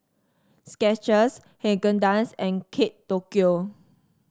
Skechers Haagen Dazs and Kate Tokyo